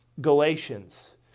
Galatians